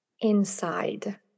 inside